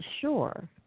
sure